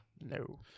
No